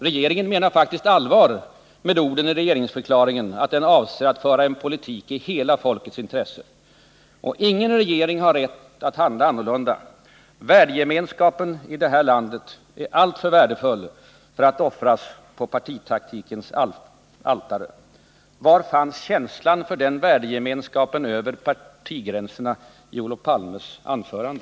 Regeringen menar faktiskt allvar med orden i regeringsförklaringen, att den avser att föra en politik i hela folkets intresse, och ingen regering har rätt att handla annorlunda. Värdegemenskapen i det här landet är alltför värdefull för att offras på partitaktikens altare. Var fanns känslan för den värdegemenskapen över partigränserna i Olof Palmes anförande?